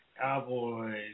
Cowboys